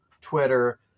Twitter